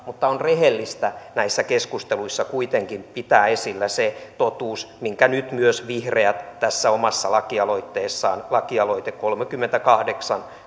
mutta on rehellistä näissä keskusteluissa kuitenkin pitää esillä se totuus minkä nyt myös vihreät tässä omassa lakialoitteessaan kolmekymmentäkahdeksan